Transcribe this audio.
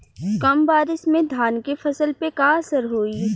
कम बारिश में धान के फसल पे का असर होई?